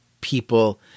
people